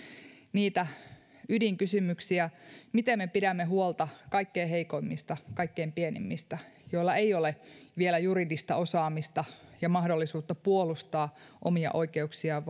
niitä ydinkysymyksiä miten me pidämme huolta kaikkein heikoimmista kaikkein pienimmistä joilla ei ole vielä juridista osaamista ja mahdollisuutta puolustaa omia oikeuksiaan